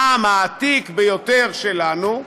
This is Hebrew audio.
העם העתיק ביותר, שלנו,